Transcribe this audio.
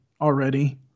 already